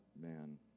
Man